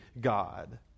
God